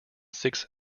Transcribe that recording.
six